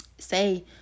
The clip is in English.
Say